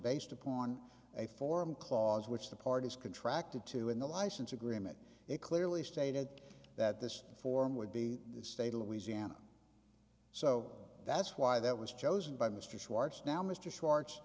based upon a form clause which the parties contract it to in the license agreement it clearly stated that this form would be the state of louisiana so that's why that was chosen by mr schwartz now mr schwar